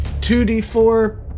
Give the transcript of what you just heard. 2d4